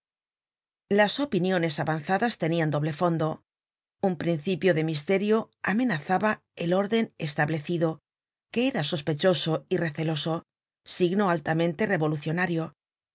las opiniones avanzadas tenian dohle fondo un principio de misterio amenazaba el orden establecido que era sospechoso y receloso signo altamente revolucionario